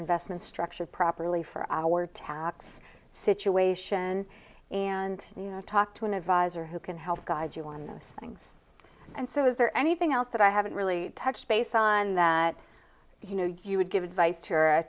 investments structured properly for our tax situation and you know i've talked to an advisor who can help guide you on those things and so is there anything else that i haven't really touched base on that you know you would give advice or a